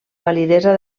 validesa